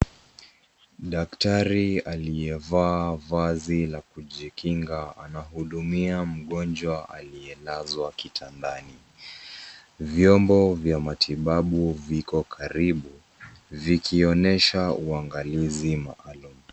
Daktari aliyevaa vazi la kujikinga anahudumia mgonjwa aliyelazwa kitandani. Vyombo vya matibabu viko karibu vikionyesha uangalizi maalum.